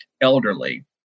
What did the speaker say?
Elderly